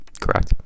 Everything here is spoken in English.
Correct